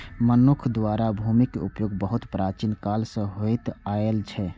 मनुक्ख द्वारा भूमिक उपयोग बहुत प्राचीन काल सं होइत आयल छै